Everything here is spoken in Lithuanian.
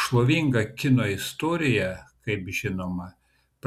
šlovingą kino istoriją kaip žinoma